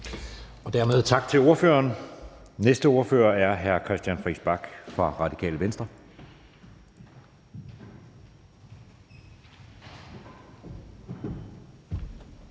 Dermed tak til ordføreren. Den næste ordfører er hr. Christian Friis Bach fra Radikale Venstre.